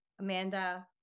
Amanda